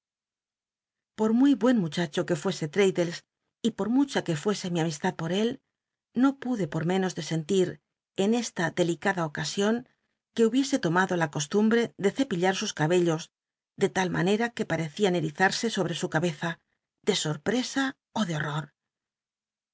por muy buen muchacho que fuese l'radd lcs y por mucha que fuese mi amistad por él no pude pot menos de sentir en esta delicada ocasion que hubiese lomado la coslumbte de c pillar sus cabellos de tal manera c ue parecían erizarse sohte su cabeza de sorpresa ó de horror